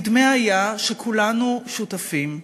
נדמה היה שכולנו שותפים,